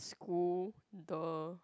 school the